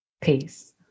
Peace